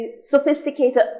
sophisticated